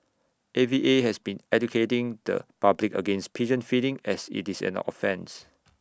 A V A has been educating the public against pigeon feeding as IT is an offence